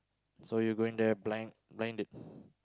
so you going their blind blinded